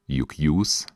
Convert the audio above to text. juk jūs